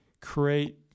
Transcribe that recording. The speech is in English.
create